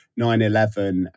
9-11